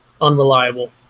unreliable